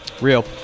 real